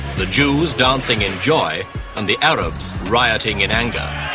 the jews dancing in joy and the arabs rioting in anger.